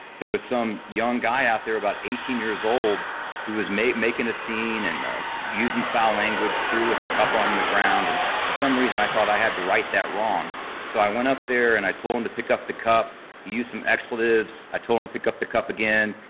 there was some young guy out there about eighteen years old who is making a scene and ah using foul language, threw his cup on the ground. and for some reason, i thought i had to right that wrong so i went up there and i told him to pick up the cup. he used some expletives. i told him to pick up the cup again.